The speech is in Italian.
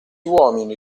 uomini